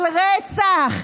על רצח,